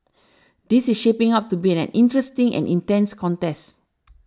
this is shaping up to be an interesting and intense contest